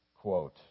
quote